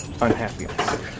unhappiness